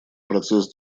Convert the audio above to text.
процесс